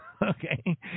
Okay